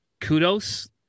kudos